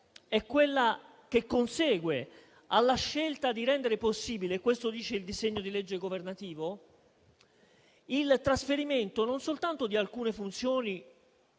è quella che consegue alla scelta di rendere possibile, come prevede il disegno di legge governativo, il trasferimento non soltanto di alcune funzioni